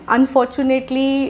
Unfortunately